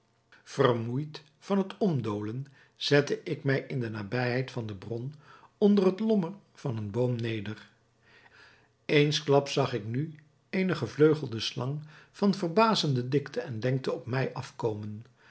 vermoeid van het omdolen zette ik mij in de nabijheid van de bron onder het lommer van een boom neder eensklaps zag ik nu eene gevleugelde slang van verbazende dikte en lengte op mij afkomen